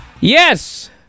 Yes